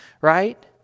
right